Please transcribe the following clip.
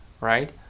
right